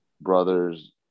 Brothers